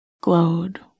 glowed